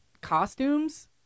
costumes